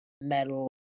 metal